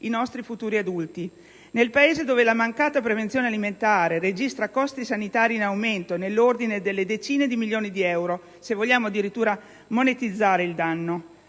i nostri futuri adulti. Nel Paese dove la mancata prevenzione alimentare registra costi sanitari in aumento - nell'ordine delle decine di milioni di euro, se vogliamo addirittura monetizzare il danno